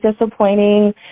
disappointing